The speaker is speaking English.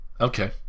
Okay